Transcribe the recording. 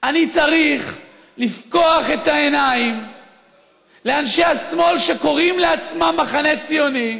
אני צריך לפקוח את העיניים לאנשי השמאל שקוראים לעצמם מחנה ציוני,